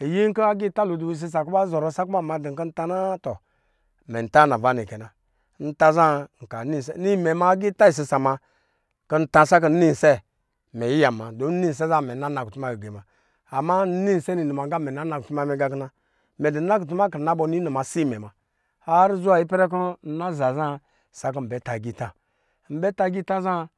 iyi nkɔ agita lo adubɔ bawa isisa kɔ ba ma dɔ kɔ ntana tɔ mɛn ta nava nɛ kɛ na nta zaa nka ninsɛ imɛ ma agita sisa kɔ nta sakɔ nna isɛ mɛ yiya muna domi nna isɛ zaa mɛ yiya nakutu ma gige muna ama nni sɛ ninuma ga mɛ nana kutumɛ mɛ ya kɔ na nna kutuma kina bɔ nɔ inuma asimɛ muna har zuwa ipɛrɛ kɔ nna za zaa kɔ nna ta agita nna ta agita zaa.